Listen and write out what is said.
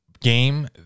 game